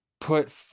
put